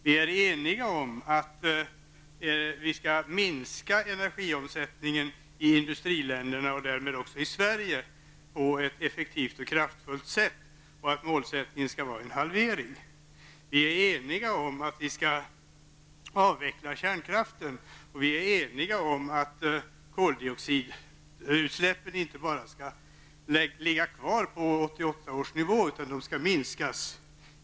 Vi är eniga om att vi skall minska energiomsättningen i industriländerna och därmed också i Sverige på ett effektivt och kraftfullt sätt och att målsättningen skall vara en halvering. Vi är eniga om att vi skall avveckla kärnkraften, och vi är eniga om att koldioxidutsläppen inte bara skall ligga kvar på 1988 års nivå utan minskas.